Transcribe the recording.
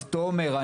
תומר,